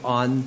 on